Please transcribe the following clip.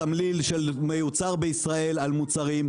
הסמליל של "מיוצר בישראל" על מוצרים,